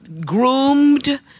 groomed